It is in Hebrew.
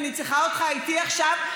אני צריכה אותך איתי עכשיו,